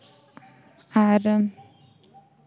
ᱟᱨ